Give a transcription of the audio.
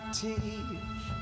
teeth